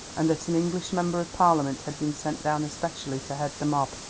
and that an english member of parliament had been sent down especially to head the mob,